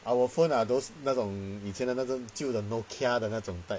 our phone ah those 那种以前的那种旧的 Nokia 的那种 type